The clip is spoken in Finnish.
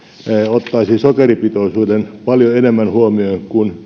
ottaisi sokeripitoisuuden paljon enemmän huomioon kuin